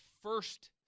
first